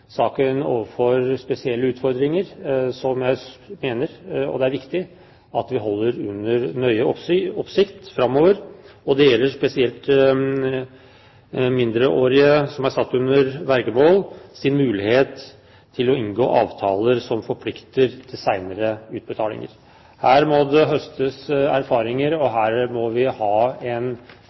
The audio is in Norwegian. saken overfor spesielle utfordringer, som jeg mener det er viktig at vi holder under nøye oppsikt framover. Det gjelder spesielt muligheten for mindreårige som er satt under vergemål, til å inngå avtaler som forplikter senere utbetalinger. Her må det høstes erfaringer, og her må vi ha en